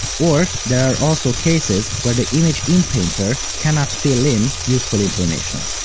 or there are also cases where the image inpainter cannot fill in useful information.